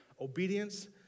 obedience